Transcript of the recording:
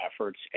efforts